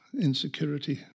insecurity